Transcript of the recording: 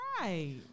Right